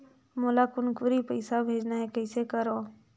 मोला कुनकुरी पइसा भेजना हैं, कइसे करो?